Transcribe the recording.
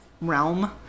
realm